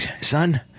son